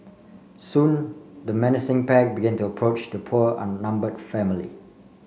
soon the menacing pack began to approach the poor on numbered family